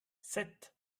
sept